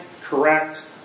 correct